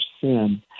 sin